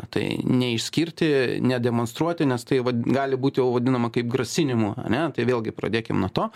tai neišskirti nedemonstruoti nes tai vat gali būt jau vadinama kaip grasinimu ane tai vėlgi pradėkim nuo to